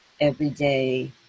everyday